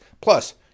Plus